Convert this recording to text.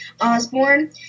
Osborne